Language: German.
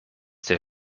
der